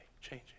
changing